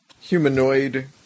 humanoid